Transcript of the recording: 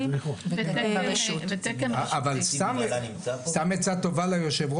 כמה שיותר מטפלות ברמות הכי גבוהות להיות שם חלק,